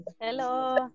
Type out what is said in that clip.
Hello